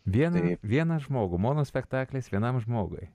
vieną vieną žmogų monospektaklis vienam žmogui